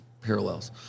parallels